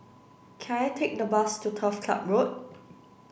can I take a bus to Turf Ciub Road